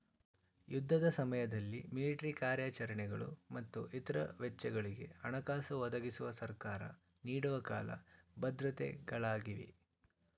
ಯುದ್ಧದ ಸಮಯದಲ್ಲಿ ಮಿಲಿಟ್ರಿ ಕಾರ್ಯಾಚರಣೆಗಳು ಮತ್ತು ಇತ್ರ ವೆಚ್ಚಗಳಿಗೆ ಹಣಕಾಸು ಒದಗಿಸುವ ಸರ್ಕಾರ ನೀಡುವ ಕಾಲ ಭದ್ರತೆ ಗಳಾಗಿವೆ